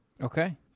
Okay